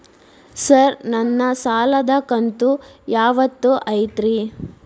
Sir ನನ್ನ ಸಾಲದ ಕಂತು ಯಾವತ್ತೂ ಐತ್ರಿ?